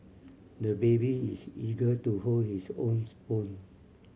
the baby is eager to hold his own spoon